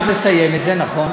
היינו יכולים אז לסיים את זה, נכון.